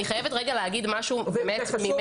אני חייבת לומר משהו ממני.